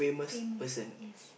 famous yes